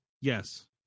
Yes